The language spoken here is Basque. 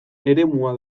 eremua